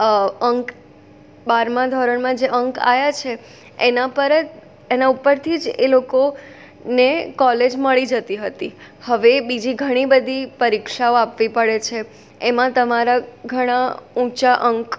અંક બારમા ધોરણમાં જે અંક આવ્યા છે એના પર જ એના ઉપરથી જ એ લોકોને કોલેજ મળી જતી હતી હવે બીજી ઘણી બધી પરીક્ષાઓ આપવી પડે છે એમાં તમારા ઘણા ઊંચા અંક